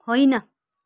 होइन